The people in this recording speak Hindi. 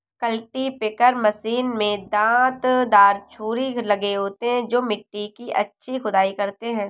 कल्टीपैकर मशीन में दांत दार छुरी लगे होते हैं जो मिट्टी की अच्छी खुदाई करते हैं